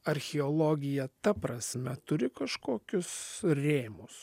archeologija ta prasme turi kažkokius rėmus